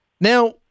Now